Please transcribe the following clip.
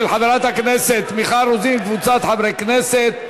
של חברת הכנסת מיכל רוזין וקבוצת חברי הכנסת,